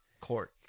court